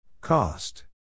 Cost